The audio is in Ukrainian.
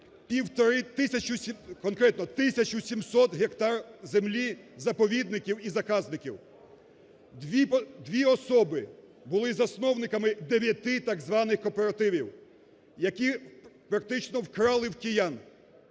1700 гектар землі заповідників і заказників. Дві особи були засновниками дев'яти так званих кооперативів, які практично вкрали в киян